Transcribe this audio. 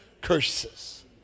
curses